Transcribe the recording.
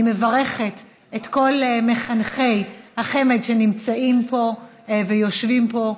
אני מברכת את כל מחנכי החמ"ד שנמצאים פה ויושבים פה.